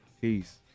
Peace